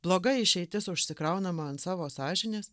bloga išeitis užsikraunama ant savo sąžinės